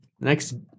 next